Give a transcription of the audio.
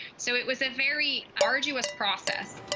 so it was a very arduous process.